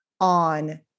on